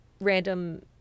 random